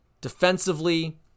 Defensively